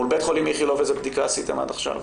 מול בית חולים איכילוב איזה בדיקה עשיתם עד עכשיו?